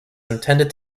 intended